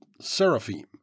seraphim